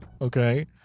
Okay